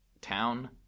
town